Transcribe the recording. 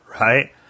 right